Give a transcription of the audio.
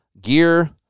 gear